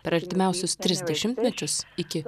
per artimiausius tris dešimtmečius iki